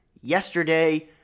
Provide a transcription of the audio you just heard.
yesterday